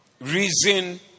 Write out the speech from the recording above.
reason